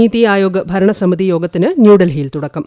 നീതി ആയോഗ്പ് ഭൂരണസമിതി യോഗത്തിന് ന്യൂഡൽഹിയിൽ ്തുടക്കം